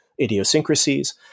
idiosyncrasies